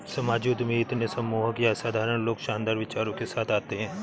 सामाजिक उद्यमी इतने सम्मोहक ये असाधारण लोग शानदार विचारों के साथ आते है